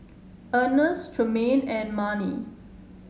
Earnest Tremaine and Marni